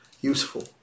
useful